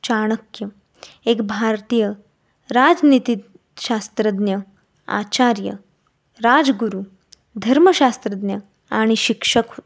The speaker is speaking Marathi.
चाणक्य एक भारतीय राजनीती शास्त्रज्ञ आचार्य राजगुरू धर्मशास्त्रज्ञ आणि शिक्षक होते